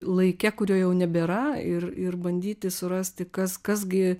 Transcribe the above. laike kurio jau nebėra ir ir bandyti surasti kas kas gi